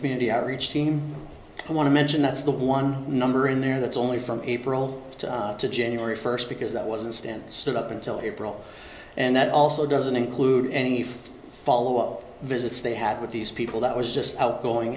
community outreach team i want to mention that's the one number in there that's only from april to january first because that wasn't stand still up until april and that also doesn't include any follow up visits they had with these people that was just outgoing